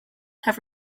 have